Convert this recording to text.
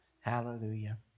Hallelujah